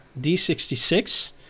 D66